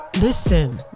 Listen